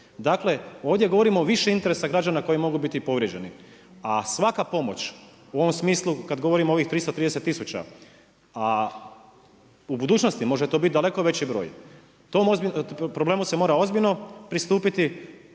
Dakle, ovdje govorimo više u interesa građana koji mogu biti povrijeđeni, a svaka pomoć u ovom smislu, kad govorimo o ovim 33 tisuća, a u budućnosti može biti to daleko veći broj. O tom problem se mora ozbiljno pristupiti